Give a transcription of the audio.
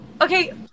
okay